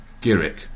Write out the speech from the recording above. Girick